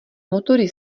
motory